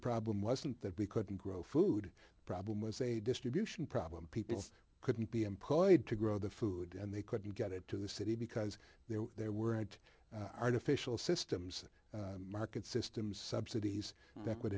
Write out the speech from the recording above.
problem wasn't that we couldn't grow food problem was a distribution problem people couldn't be employed to grow the food and they couldn't get it to the city because their there weren't artificial systems market systems subsidies that would